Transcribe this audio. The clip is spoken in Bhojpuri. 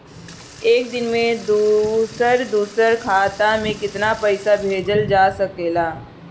एक दिन में दूसर दूसर खाता में केतना पईसा भेजल जा सेकला?